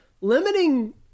limiting